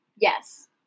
Yes